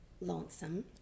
lonesome